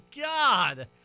God